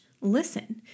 listen